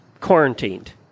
quarantined